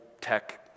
tech